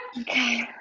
Okay